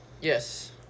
Yes